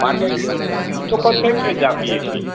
માટે તો પરફેક્ટ જ આપીએ છીએ